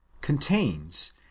contains